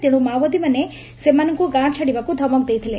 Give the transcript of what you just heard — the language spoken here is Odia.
ତେଶୁ ମାଓବାଦୀମାନେ ସେମାନଙ୍କୁ ଗାଁ ଛାଡିବାକୁ ଧମକ ଦେଇଥିଲା